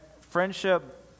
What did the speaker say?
friendship